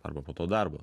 arba po to darbo